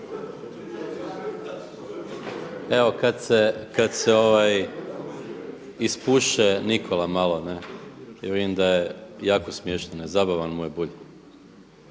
Evo kada se ispuše Nikola malo ne jer vidim da je jako smiješno, zabavan mu je Bulj.